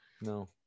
No